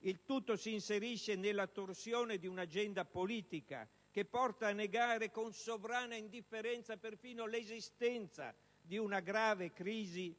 Il tutto si inserisce nella torsione di un'agenda politica che porta a negare con sovrana indifferenza perfino l'esistenza di una grave crisi